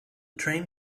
train